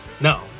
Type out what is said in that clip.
No